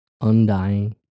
undying